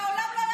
שהעולם לא יזוז.